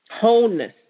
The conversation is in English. Wholeness